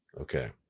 okay